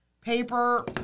Paper